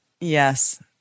Yes